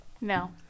No